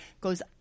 goes